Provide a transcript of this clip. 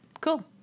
Cool